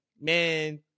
man